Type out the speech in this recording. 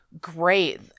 great